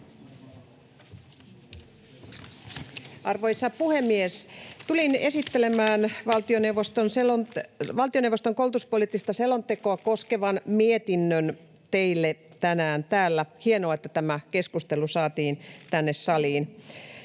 Arvoisa puhemies! Tulin esittelemään valtioneuvoston koulutuspoliittista selontekoa koskevan mietinnön teille tänään täällä. Hienoa, että tämä keskustelu saatiin tänne saliin.